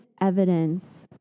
evidence